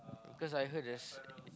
cause I heard there's